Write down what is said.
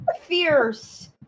fierce